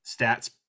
stats